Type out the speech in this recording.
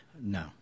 No